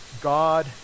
God